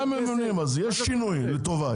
אז יש שינוי לטובה.